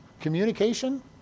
communication